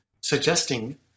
suggesting